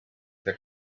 per